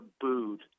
booed